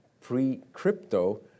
pre-crypto